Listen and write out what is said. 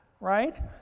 right